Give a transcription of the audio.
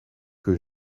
que